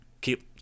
keep